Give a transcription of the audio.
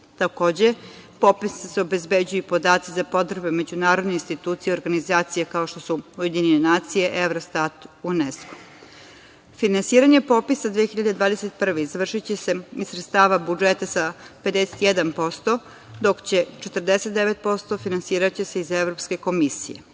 Takođe, popisom se obezbeđuju i podaci za potrebe međunarodnih institucija i organizacija kao što su UN, Eurostat, UNESKO.Finansiranje popisa 2021. godine izvršiće se iz sredstava budžeta sa 51%, dok će se 49% finansirati iz Evropske komisije.U